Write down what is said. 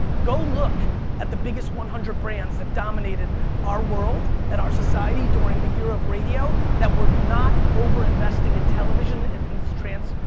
go look at the biggest one hundred brands that dominated our world and our society during the era of radio that were not over-investing in television, in its transformation,